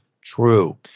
true